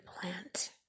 plant